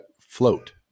float